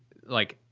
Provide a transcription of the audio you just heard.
like.